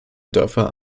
dörfer